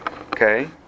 Okay